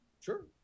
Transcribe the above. sure